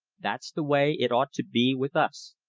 that's the way it ought to be with us.